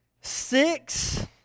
Six